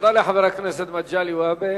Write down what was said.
תודה לחבר הכנסת מגלי והבה.